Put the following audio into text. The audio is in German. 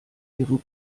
ihrem